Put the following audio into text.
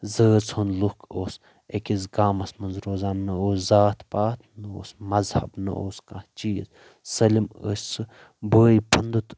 زٲژ ہُند لُکھ اوس أکِس گامس منٛز روزان نہ اوس زاتھ پاتھ نہ اوس مزہب نہ اوس کانٛہہ چیٖز سٲلم ٲسۍ سُہ بٲے بندُت